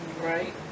Right